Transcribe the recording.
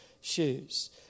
shoes